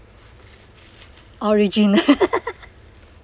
original